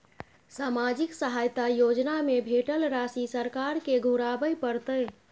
सामाजिक सहायता योजना में भेटल राशि सरकार के घुराबै परतै?